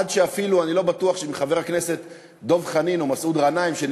עד שאפילו אני לא בטוח שאם חבר הכנסת דב חנין או מסעוד גנאים,